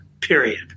period